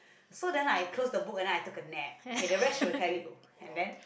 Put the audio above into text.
so then I close the book and then I took a nap okay the rest she will tell you and then